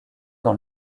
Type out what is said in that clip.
dans